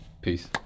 Peace